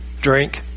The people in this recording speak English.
drink